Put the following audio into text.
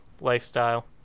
lifestyle